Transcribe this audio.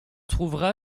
trouvera